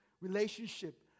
relationship